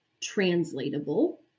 translatable